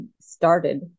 started